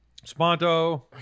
Sponto